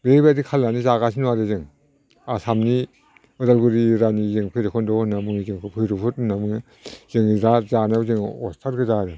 बेबायदि खालामनानै जागासिनो दं आरो जों आसामनि उदालगुरि एरियानि जों भैरबखुन्द' होन्नानै बुङो जोंखौ भैरोभुट होननानै बुङो जोंङो जा जानायाव जोङो अस्थाद गोजा आरो